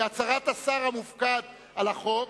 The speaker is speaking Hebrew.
כהצהרת השר המופקד על החוק: